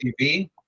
TV